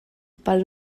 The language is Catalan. pel